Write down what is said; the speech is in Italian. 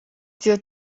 zio